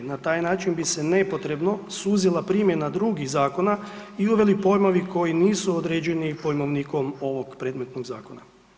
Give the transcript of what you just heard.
Na taj način bi se nepotrebno suzila primjena drugih zakona i uveli pojmovi koji nisu određeni pojmovnikom ovog predmetnog zakona.